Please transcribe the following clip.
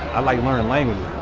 i like learning languages.